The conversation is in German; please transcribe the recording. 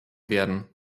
werden